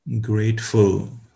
Grateful